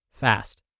fast